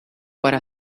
para